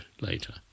later